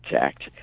Act